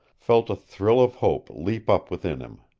felt a thrill of hope leap up within him.